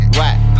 right